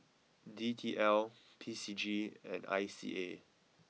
D T L P C G and I C A